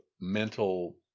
mental